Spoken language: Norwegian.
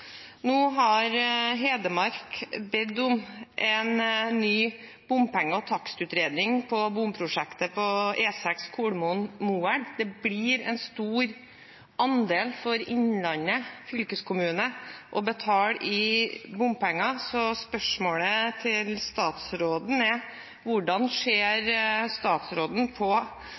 Nå har Hedmark bedt om en ny bompenge- og takstutredning for bompengeprosjektet på E6 Kolomoen–Moelv. Det blir en stor andel for Innlandet fylkeskommune å betale i bompenger. Spørsmålet til statsråden er: Hvordan ser statsråden på